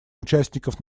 участников